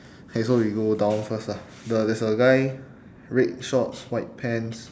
okay so we go down first lah the there's a guy red shorts white pants